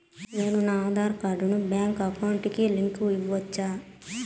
నేను నా ఆధార్ కార్డును బ్యాంకు అకౌంట్ కి లింకు ఇవ్వొచ్చా?